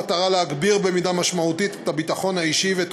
כדי להגביר במידה משמעותית את הביטחון האישי ואת